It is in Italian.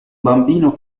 bambino